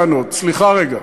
תן לי רגע לענות, סליחה רגע.